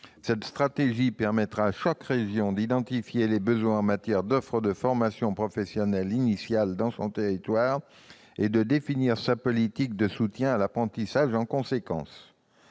Cette stratégie permettra à chaque région d'identifier les besoins en matière d'offre de formation professionnelle initiale sur son territoire et de définir sa politique de soutien à l'apprentissage en conséquence.